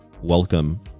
welcome